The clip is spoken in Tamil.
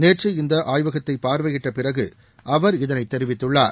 நேற்று இந்த ஆய்வகத்தை பார்வையிட்ட பிறகு அவர் இதனைத் தெரிவித்துள்ளார்